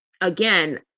again